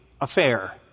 affair